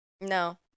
No